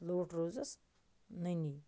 لۄت روٗزٕس نٔنی